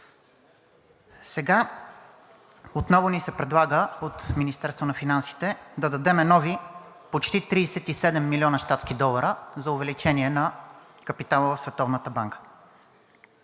Сега отново ни се предлага от Министерството на финансите да дадем нови почти 37 млн. щатски долара за увеличение на капитала в